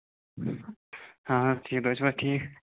ہاں ٹھیٖک تۄہہِ چھِوا ٹھیٖک